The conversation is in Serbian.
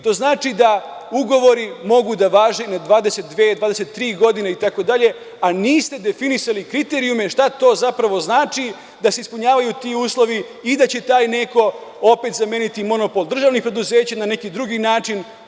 To znači da ugovori mogu da važe i na 22, 23, godine, itd, a niste definisali kriterijume šta to zapravo znači da se ispunjavaju ti uslovi i da će taj neko opet zameniti monopol državnih preduzeća na neki drugi način.